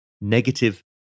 negative